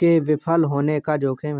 के विफल होने का जोखिम है